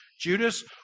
Judas